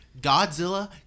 Godzilla